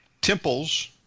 temples